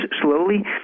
slowly